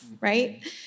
right